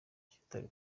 kitari